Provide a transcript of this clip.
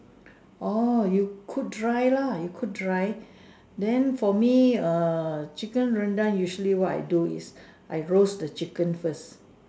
orh you cook dry lah you cook dry then for me err chicken Rendang usually what I do is I roast the chicken first